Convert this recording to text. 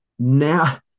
Now